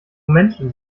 menschen